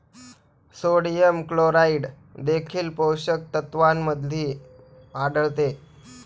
sodium chloride देखील पोषक तत्वांमध्ये आढळते